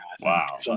Wow